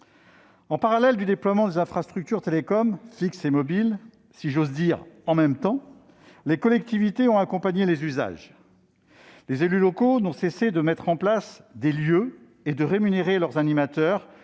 Parallèlement au déploiement des infrastructures télécoms fixes et mobiles- en même temps, si j'ose dire -, les collectivités ont accompagné les usages. Les élus locaux n'ont eu de cesse de mettre en place des lieux et de rémunérer des animateurs,